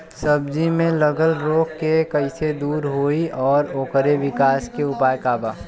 सब्जी में लगल रोग के कइसे दूर होयी और ओकरे विकास के उपाय का बा?